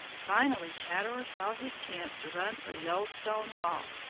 finally chatterer saw his chance to run for the old stone wall.